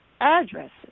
addresses